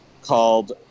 called